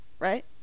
Right